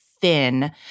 thin